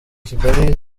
kigali